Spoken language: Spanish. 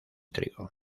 trigo